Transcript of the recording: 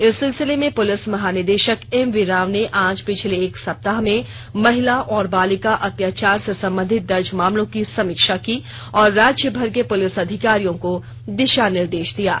इस सिलसिले में पुलिस महानिदेशक एमवी राव ने आज पिछले एक सप्ताह में महिला और बालिका अत्याचार से सम्बंधित दर्ज मामलों की समीक्षा की और राज्यभर के पुलिस अधिकारियों को दिशानिर्देश दिये